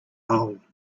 hole